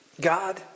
God